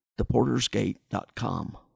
theportersgate.com